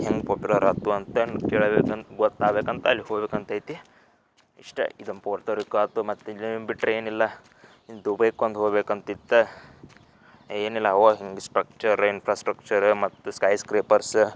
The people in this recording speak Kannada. ಹೆಂಗೆ ಪಾಪ್ಯುರರ್ ಆಯ್ತು ಅಂತಂದು ಕೇಳ್ಬೇಕಂತ ಗೊತ್ತಾಗ್ಬೇಕಂತ ಅಲ್ಲಿ ಹೋಗ್ಬೇಕಂತ ಐತಿ ಇಷ್ಟೇ ಇದೊಂದು ಪೋರ್ತೊರಿಕೊ ಆಯ್ತು ಮತ್ತು ಬಿಟ್ಟರೆ ಏನಿಲ್ಲ ಇನ್ನು ದುಬೈಕೊಂದು ಹೋಗ್ಬೇಕಂತಿತ್ತ ಏನಿಲ್ಲ ಅವಾಗ ಹೆಂಗೆ ಸ್ಟ್ರಕ್ಚರ ಇನ್ಫ್ರಾಸ್ಟ್ರಕ್ಚರ್ ಮತ್ತು ಸ್ಕೈ ಸ್ಕ್ರೇಪರ್ಸ